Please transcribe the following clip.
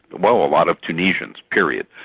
well a lot of tunisians, period.